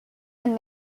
and